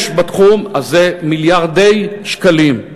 יש בתחום הזה מיליארדי שקלים.